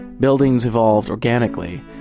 buildings evolved organically,